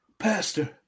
Pastor